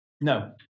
No